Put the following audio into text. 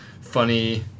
funny